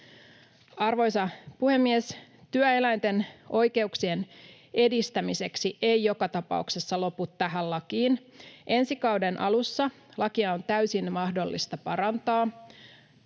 Arvoisa puhemies! Työ eläinten oikeuksien edistämiseksi ei joka tapauksessa lopu tähän lakiin. Ensi kauden alussa lakia on täysin mahdollista parantaa.